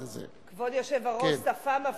כבוד היושב-ראש, למה